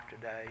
today